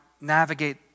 navigate